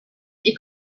est